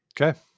Okay